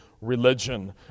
religion